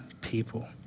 people